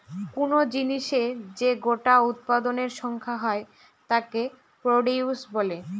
কোন জিনিসের যে গোটা উৎপাদনের সংখ্যা হয় তাকে প্রডিউস বলে